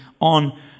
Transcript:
on